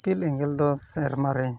ᱤᱯᱤᱞ ᱮᱸᱜᱮᱞ ᱫᱚ ᱥᱮᱨᱢᱟᱨᱮ